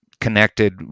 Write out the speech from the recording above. connected